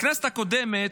בכנסת הקודמת,